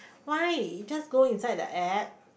why just go inside the App